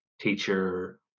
teacher